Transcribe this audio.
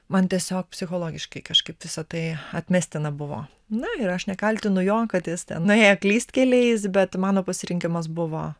man tiesiog psichologiškai kažkaip visa tai atmestina buvo na ir aš nekaltinu jo kad jis nuėjo klystkeliais bet mano pasirinkimas buvo